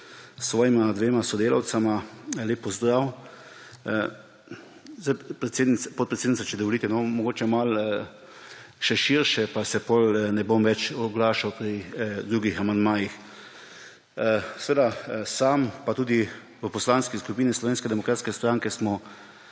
s svojima dvema sodelavcema, lep pozdrav! Podpredsednica, če dovolite mogoče malo širše, pa se potem ne bom več oglašal pri drugih amandmajih. Sam pa tudi v Poslanski skupini Slovenske demokratske stranke smo